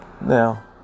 now